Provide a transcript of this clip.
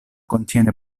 contiene